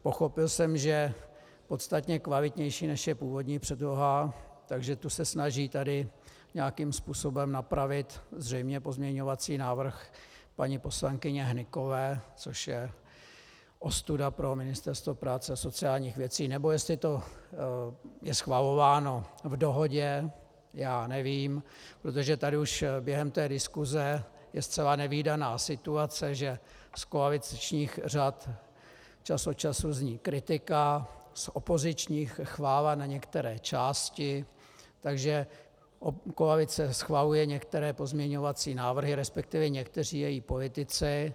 Pochopil jsem, že podstatně kvalitnější, než je původní předloha, že tu se snaží nějakým způsobem zřejmě napravit pozměňovací návrh paní poslankyně Hnykové, což je ostuda pro Ministerstvo práce a sociálních věcí, nebo jestli to je schvalováno v dohodě, já nevím, protože tady už během té diskuse je zcela nevídaná situace, že z koaličních řad čas od času zní kritika, z opozičních chvála na některé části, takže koalice schvaluje některé pozměňovací návrhy, resp. někteří její politici.